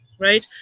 right?